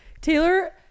Taylor